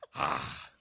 ah.